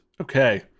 okay